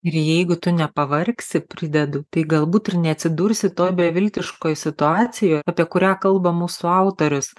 ir jeigu tu nepavargsi pridedu tai galbūt ir neatsidursi toj beviltiškoj situacijoj apie kurią kalba mūsų autorius